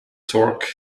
torque